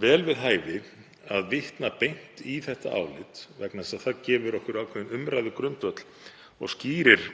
vel við hæfi að vitna beint í álitið vegna þess að það gefur okkur ákveðinn umræðugrundvöll og skýrir